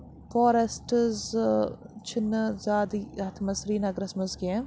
forests چھِنہٕ زیادٕ یَتھ منٛز سرینَگرَس منٛز کیٚنٛہہ